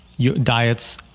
Diets